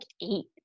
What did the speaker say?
eight